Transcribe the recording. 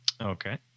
Okay